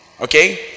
okay